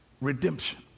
redemption